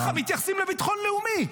ככה מתייחסים לביטחון לאומי.